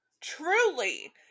Truly